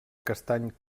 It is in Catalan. castany